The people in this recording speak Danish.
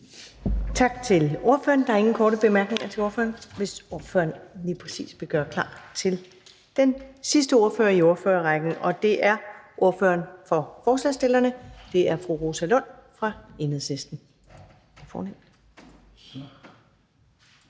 Tak til ordføreren. Der er ingen korte bemærkninger til ordføreren. Den sidste ordfører i ordførerrækken er ordføreren for forslagsstillerne, og det er fru Rosa Lund fra